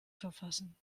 verfassen